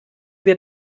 wir